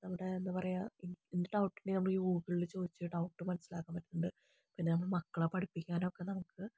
നമ്മുടെ എന്താ പറയുക എന്ത് ഡൗട്ട് ഉണ്ടെങ്കിലും ഗൂഗിളിൽ ചോദിച്ച് ഡൗട്ട് മനസ്സിലാക്കാൻ പറ്റുന്നുണ്ട് പിന്നെ നമ്മുടെ മക്കളെ പഠിപ്പിക്കാൻ ഒക്കെ നമുക്ക്